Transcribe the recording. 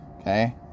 okay